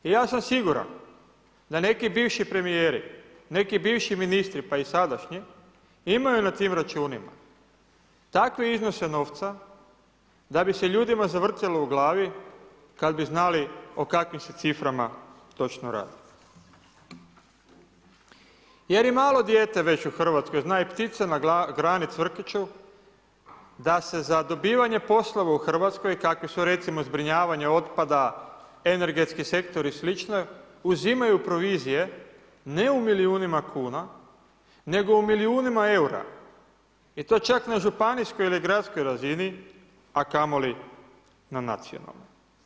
Ja sam siguran da neki bivši premijeri, neki bivši ministri pa i sadašnji imaju na tim računima takve iznose novca da bi se ljudima zavrtjelo u glavi kada bi znali o kakvim se ciframa točno radi. jer i malo dijete u Hrvatskoj već zna i ptice na grani cvrkuću da se za dobivanje poslova u Hrvatskoj kakvi su recimo zbrinjavanje otpada, energetski sektor i slično uzimaju provizije ne u milijunima kuna nego u milijunima eura i to čak na županijskoj ili gradskoj razini, a kamoli na nacionalnoj.